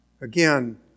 again